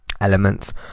elements